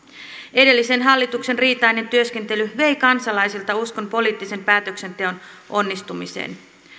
edellisen hallituksen riitainen työskentely vei kansalaisilta uskon poliittisen päätöksenteon onnistumiseen